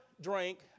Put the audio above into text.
drink